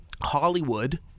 Hollywood